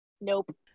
nope